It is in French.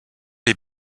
les